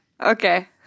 okay